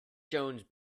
jones